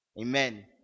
Amen